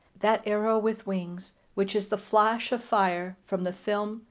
that arrow with wings which is the flash of fire from the film,